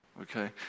Okay